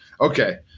Okay